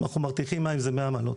אנחנו מרתיחים מים, זה 100 מעלות.